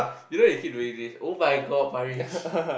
you know you keep doing this [oh]-my-God Parish